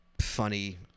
funny